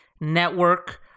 Network